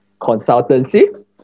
consultancy